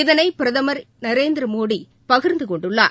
இதனை பிரதமர் திரு நரேந்திரமோடி பகிர்ந்து கொண்டுள்ளார்